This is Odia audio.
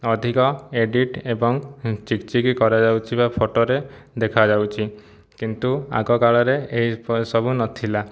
ଅଧିକ ଏଡ଼ିଟ ଏବଂ ଚିକଚିକ କରାଯାଉଥିବା ଫଟୋରେ ଦେଖାଯାଉଛି କିନ୍ତୁ ଆଗକାଳରେ ଏହି ଉପାୟ ସବୁ ନଥିଲା